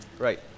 Right